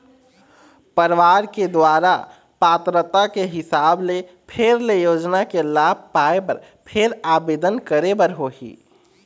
परवार के दुवारा पात्रता के हिसाब ले फेर ले योजना के लाभ पाए बर फेर आबेदन करे बर होही